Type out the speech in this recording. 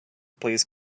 please